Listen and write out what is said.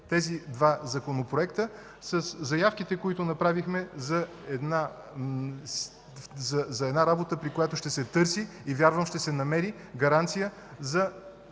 тези два законопроекта със заявките, които направихме за работа, при която ще се търси и вярвам, ще се намери гаранция за